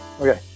Okay